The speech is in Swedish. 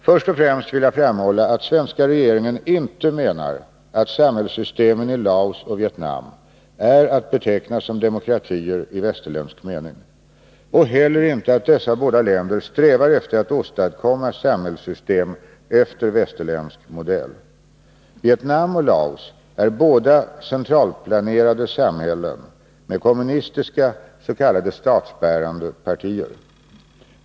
Först och främst vill jag framhålla att svenska regeringen inte menar att samhällssystemen i Laos och Vietnam är att beteckna som demokratier i västerländsk mening och inte heller att dessa båda länder strävar efter att åstadkomma samhällssystem efter västerländsk modell. Vietnam och Laos är i dag båda centralplanerade samhällen med kommunistiska s.k. statsbärande partier.